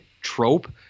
trope